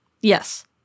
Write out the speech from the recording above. Yes